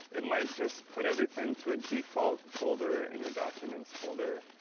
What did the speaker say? it might just put everything to a default folder in you documents folder,